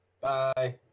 Bye